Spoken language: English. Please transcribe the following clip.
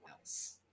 else